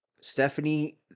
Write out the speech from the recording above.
Stephanie